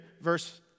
verse